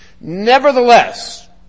Nevertheless